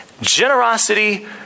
generosity